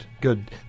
Good